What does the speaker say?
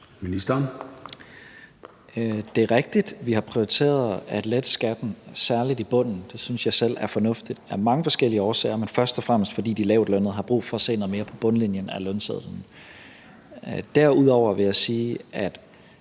Det er rigtigt, at vi har prioriteret at lette skatten, særlig i bunden. Det synes jeg selv er fornuftigt af mange forskellige årsager, men først og fremmest fordi de lavtlønnede har brug for at se noget mere på bundlinjen af lønsedlen. Derudover vil jeg sige, at